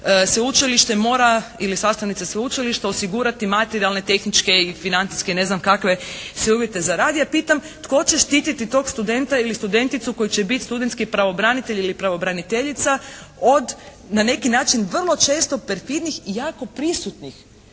sveučilište mora ili sastavnica sveučilišta osigurati materijalne, tehničke i financijske ne znam kakve sve uvjete za rad. Ja pitam tko će štititi tog studenta ili studenticu koji će biti studentski pravobtanitelj ili pravobraniteljica od na neki način vrlo često perfidnih i jako prisutnih.